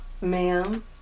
ma'am